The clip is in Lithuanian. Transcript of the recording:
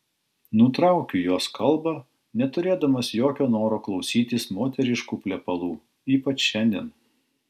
nutraukiu jos kalbą neturėdamas jokio noro klausytis moteriškų plepalų ypač šiandien